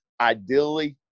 Ideally